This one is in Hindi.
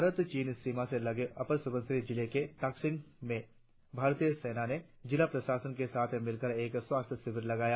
भारत चीन सीमा से लगे अपर सुबनसिरी जिले के ताकसिंग में भारतीय सेना ने जिला प्रशासन के साथ मिलकर एक स्वास्थ्य शिविर लगाया